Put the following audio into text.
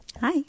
Hi